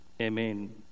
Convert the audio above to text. Amen